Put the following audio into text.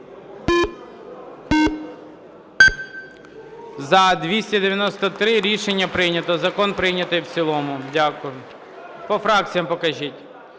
За-293 Рішення прийнято. Закон прийнятий в цілому. Дякую. По фракціях покажіть.